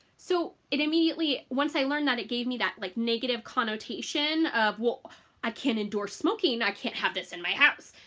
so it immediately once i learned that it gave me that like negative connotation of, well i can't endorse smoking. i can't have this in my house.